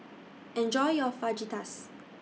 Enjoy your Fajitas